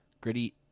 gritty